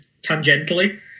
tangentially